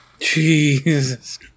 Jesus